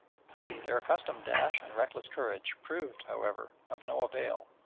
their accustomed dash and reckless courage proved, however, of no avail,